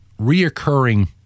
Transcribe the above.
reoccurring